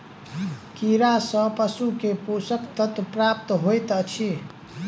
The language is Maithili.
कीड़ा सँ पशु के पोषक तत्व प्राप्त होइत अछि